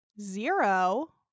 zero